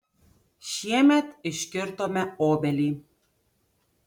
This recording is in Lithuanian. šiemet iškirtome obelį